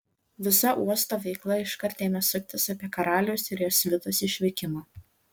visa uosto veikla iškart ėmė suktis apie karaliaus ir jo svitos išvykimą